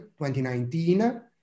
2019